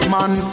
Man